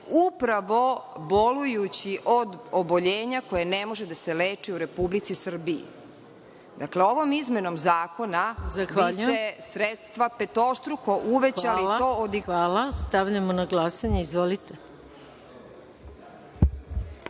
upravo bolujući od oboljenja koje ne može da se leči u Republici Srbiji. Dakle, ovom izmenom zakona bi se sredstva petostruko uvećala. **Maja Gojković** Hvala. Stavljam na glasanje ovaj